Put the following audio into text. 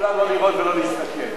לא לראות ולא להסתכל.